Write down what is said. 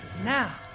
now